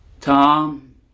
Tom